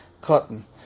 cotton